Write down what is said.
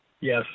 Yes